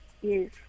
Yes